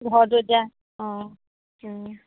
ঘৰতো এতিয়া অঁ